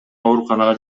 ооруканага